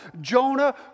Jonah